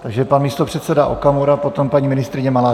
Takže pan místopředseda Okamura, potom paní ministryně Maláčová.